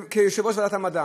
כיושב-ראש ועדת המדע,